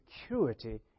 security